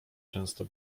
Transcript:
często